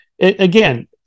Again